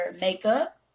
makeup